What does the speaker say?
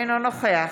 אינו נוכח